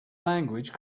language